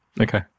Okay